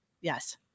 Yes